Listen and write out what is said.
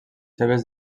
seves